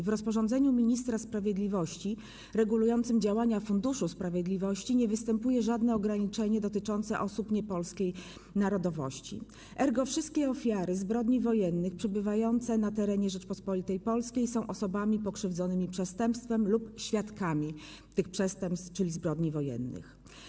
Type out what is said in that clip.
W rozporządzeniu ministra sprawiedliwości regulującym działania Funduszu Sprawiedliwości nie jest zawarte żadne ograniczenie dotyczące osób niepolskiej narodowości, ergo wszystkie ofiary brodni wojennych przebywające na terenie Rzeczypospolitej Polskiej są osobami pokrzywdzonymi przestępstwem lub świadkami tych przestępstw, czyli zbrodni wojennych.